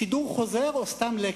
שידור חוזר או סתם לקט.